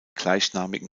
gleichnamigen